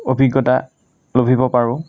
অভিজ্ঞতা লভিব পাৰোঁ